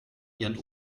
ihren